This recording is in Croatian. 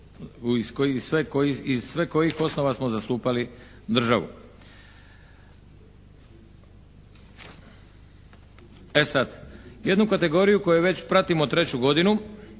iz sve kojih poslova smo zastupali državu. E sad, jednu kategoriju koju već pratimo treću godinu.